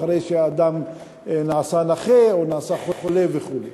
אחרי שהאדם נעשה נכה או נעשה חולה וכו'.